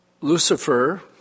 Lucifer